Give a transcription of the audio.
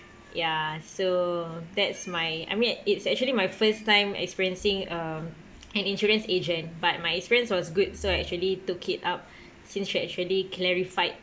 ya so that's my I mean it's actually my first time experiencing um an insurance agent but my experience was good so I actually took it up since he actually clarified